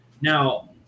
Now